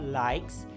likes